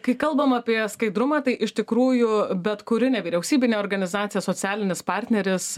kai kalbam apie skaidrumą tai iš tikrųjų bet kuri nevyriausybinė organizacija socialinis partneris